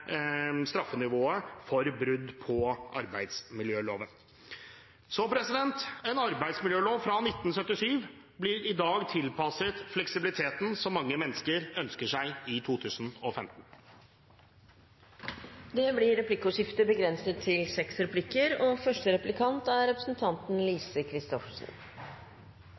straffenivået for brudd på arbeidsmiljøloven. En arbeidsmiljølov fra 1977 blir i dag tilpasset den fleksibiliteten som mange mennesker ønsker seg i 2015. Det blir replikkordskifte. Jeg tenkte jeg skulle stille et spørsmål om noe representanten Wiborg valgte ikke å nevne i sitt innlegg, men som er